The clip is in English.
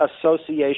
association